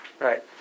Right